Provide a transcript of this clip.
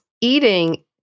eating